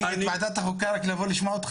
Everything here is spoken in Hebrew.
אני מניחה שהמשטרה יכולה לספר על התהליך,